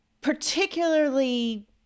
particularly